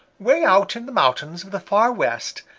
way out in the mountains of the far west,